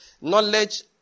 knowledge